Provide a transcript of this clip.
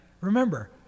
Remember